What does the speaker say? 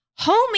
Homie